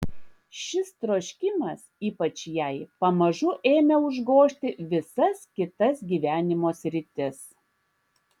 šis troškimas ypač jai pamažu ėmė užgožti visas kitas gyvenimo sritis